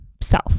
self